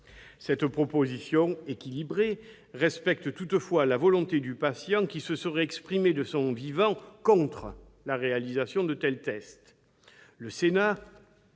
Cette proposition équilibrée respecte toutefois la volonté du patient qui se serait exprimée de son vivant contre la réalisation de tels tests.